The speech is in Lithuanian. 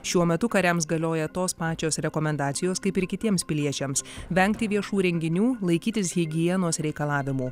šiuo metu kariams galioja tos pačios rekomendacijos kaip ir kitiems piliečiams vengti viešų renginių laikytis higienos reikalavimų